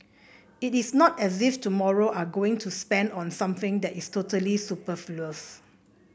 it is not as if tomorrow are going to spend on something that is totally superfluous